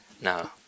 No